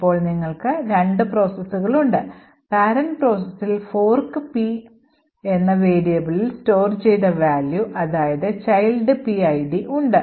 ഇപ്പോൾ നിങ്ങൾക്ക് രണ്ട് പ്രോസസ്സുകളുണ്ട് parent processൽ fork P എന്ന variableൽ store ചെയ്ത value അതായത് ചൈൽഡ് PID ഉണ്ട്